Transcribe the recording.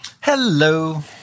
Hello